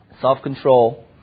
Self-control